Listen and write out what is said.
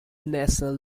national